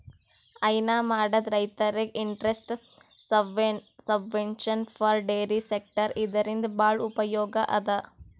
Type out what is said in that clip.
ಹೈನಾ ಮಾಡದ್ ರೈತರಿಗ್ interest subvention for dairy sector ಇದರಿಂದ್ ಭಾಳ್ ಉಪಯೋಗ್ ಅದಾ